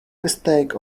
mistake